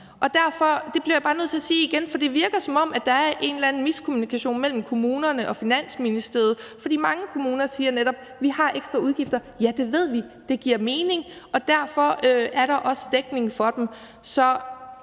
det virker, som om der er en eller anden miskommunikation mellem kommunerne og Finansministeriet, fordi mange kommuner netop siger, at de har ekstra udgifter. Ja, det ved vi; det giver mening, og derfor er der også dækning for dem.